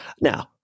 now